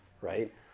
right